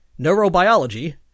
neurobiology